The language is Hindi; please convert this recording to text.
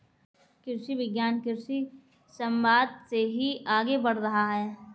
कृषि विज्ञान कृषि समवाद से ही आगे बढ़ रहा है